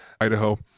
Idaho